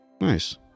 Nice